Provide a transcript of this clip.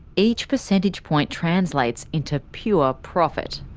each percentage point translates into pure profit.